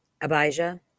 Abijah